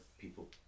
people